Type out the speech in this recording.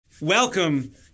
Welcome